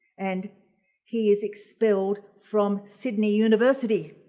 and he is expelled from sydney university